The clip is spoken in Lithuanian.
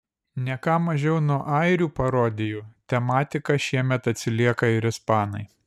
ne ką mažiau nuo airių parodijų tematika šiemet atsilieka ir ispanai